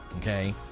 okay